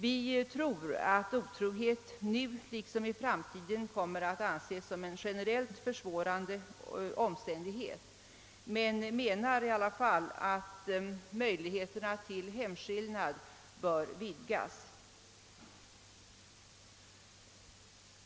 Vi utgår från att otrohet i framtiden liksom nu kommer att betraktas som en generellt försvårande omständighet men menar i alla fall att möjligheterna till hemskillnad bör vidgas.